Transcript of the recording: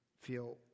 feel